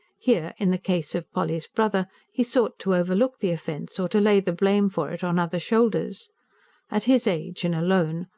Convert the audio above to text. here, in the case of polly's brother, he sought to overlook the offence, or to lay the blame for it on other shoulders at his age, and alone,